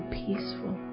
peaceful